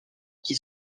qui